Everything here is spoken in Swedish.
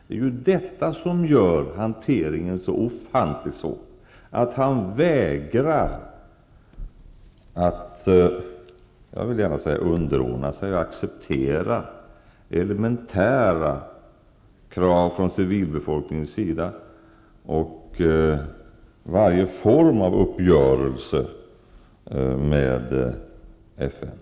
Det är ju detta som gör att hanteringen blir så ofantligt svår. Han vägrar ju, skulle jag vilja säga, att underordna sig, att acceptera, elementära krav från civilbefolkningens sida och varje form av uppgörelse med FN.